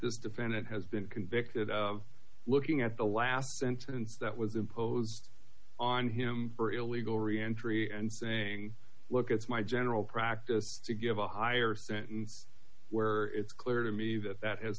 this defendant has been convicted of looking at the last sentence that was imposed on him for illegal reentry and saying look it's my general practice to give a higher sentence where it's clear to me that tha